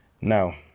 Now